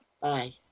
Bye